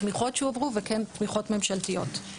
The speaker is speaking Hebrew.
תמיכות שהועברו וכן תמיכות ממשלתיות.